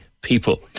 people